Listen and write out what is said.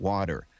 Water